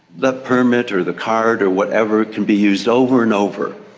that permit or the card or whatever can be used over and over.